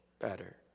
better